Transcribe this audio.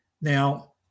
Now